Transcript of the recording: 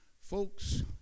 folks